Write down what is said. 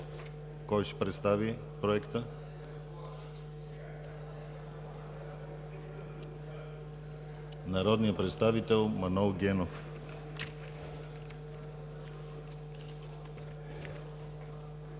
Кой ще представи Проекта? Народният представител Манол Генов.